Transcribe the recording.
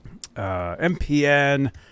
MPN